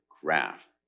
graph